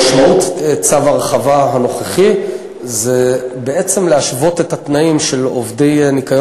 משמעות צו ההרחבה הנוכחי היא בעצם להשוות את התנאים של עובדי ניקיון